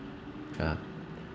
ah